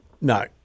no